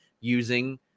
using